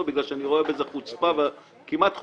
בגלל שאני רואה בזה כמעט חוצפה,